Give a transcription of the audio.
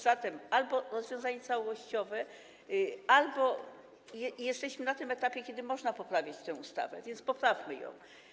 Zatem albo rozwiązanie całościowe, albo... jesteśmy na tym etapie, kiedy to można poprawić tę ustawę, więc poprawmy ją.